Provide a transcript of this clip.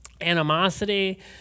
animosity